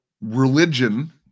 religion